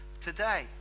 today